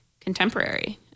contemporary